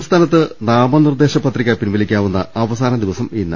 സംസ്ഥാനത്ത് നാമനിർദ്ദേശപത്രിക പിൻവലിക്കാവുന്ന അവസാ നദിവസം ഇന്ന്